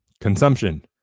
Consumption